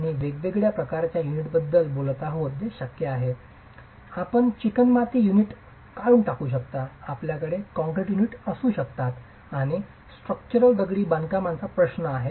आम्ही वेगवेगळ्या प्रकारच्या युनिट्सबद्दल बोलत आहोत जे शक्य आहेत आपण चिकणमाती युनिट काढून टाकू शकता आपल्याकडे काँक्रीट युनिट असू शकतात आणि स्ट्रक्चरल दगडी बांधकामांचा प्रश्न आहे